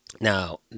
Now